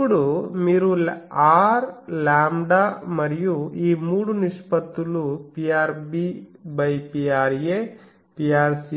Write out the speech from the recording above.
ఇప్పుడు మీరు R λ మరియు ఈ మూడు నిష్పత్తులు Prb Pra Prc